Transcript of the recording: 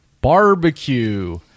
Barbecue